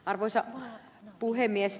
arvoisa puhemies